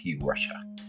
Russia